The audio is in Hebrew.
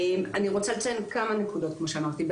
אני רוצה לציין כמה נקודות כמו שאמרתי.